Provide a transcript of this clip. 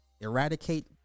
eradicate